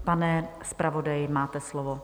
Pane zpravodaji, máte slovo.